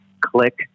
click